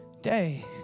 day